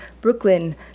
Brooklyn